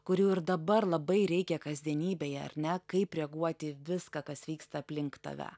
kurių ir dabar labai reikia kasdienybėje ar ne kaip reaguoti į viską kas vyksta aplink tave